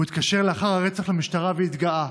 הוא התקשר לאחר הרצח למשטרה והתגאה: